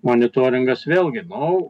monitoringas vėlgi nu